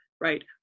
right